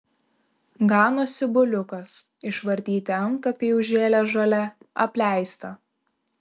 ganosi buliukas išvartyti antkapiai užžėlę žole apleista